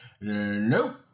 nope